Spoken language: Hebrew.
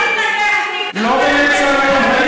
אל תתנגח, לא באמצע הנאום.